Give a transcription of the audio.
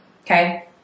okay